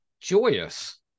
joyous